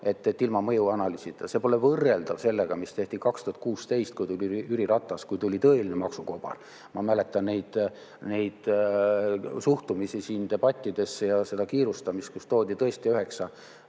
et ilma mõjuanalüüsita. Aga see pole võrreldav sellega, mis tehti 2016, kui tuli Jüri Ratas, kui tuli tõeline maksukobar. Ma mäletan neid siinseid suhtumisi debattidesse ja seda kiirustamist, kui [lauale] toodi tõesti üheksa